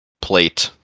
Plate